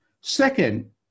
Second